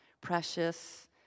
precious